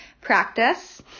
practice